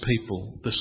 people